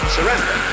Surrender